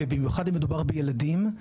במיוחד אם מדובר בילדים,